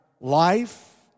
life